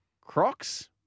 Crocs